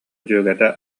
дьүөгэтэ